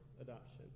adoption